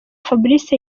fabrice